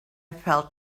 felt